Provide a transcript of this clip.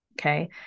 Okay